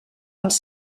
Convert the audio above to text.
als